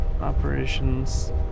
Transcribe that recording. operations